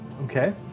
Okay